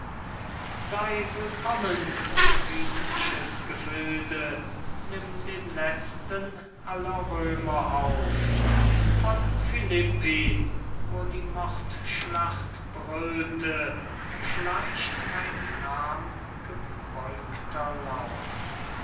sey willkommen friedliches gefilde nimm den letzten aller römer auf von philippi wo die mordschlacht brüllte schleicht mein gram gebeugter lauf